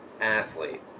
athlete